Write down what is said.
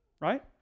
right